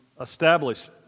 establish